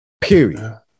Period